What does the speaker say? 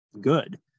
good